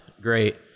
great